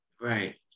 Right